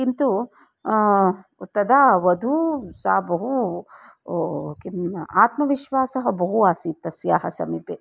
किन्तु तदा वधूः सा बहु किम् आत्मविश्वासः बहु आसीत् तस्याः समीपे